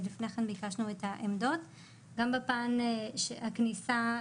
משרד הכלכלה והתעשיה ד"ר אשר שלמון מנהל המחלקה ליחסים בינלאומיים,